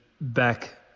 back